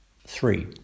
Three